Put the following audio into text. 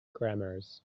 grammars